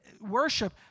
worship